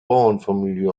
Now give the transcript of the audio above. bauernfamilie